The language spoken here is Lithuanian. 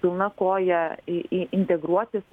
pilna koja į į integruotis